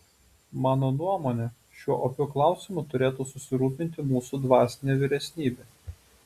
mano nuomone šiuo opiu klausimu turėtų susirūpinti mūsų dvasinė vyresnybė